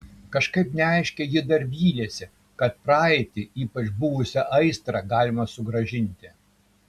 kažkaip neaiškiai ji dar vylėsi kad praeitį ypač buvusią aistrą galima sugrąžinti